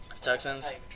Texans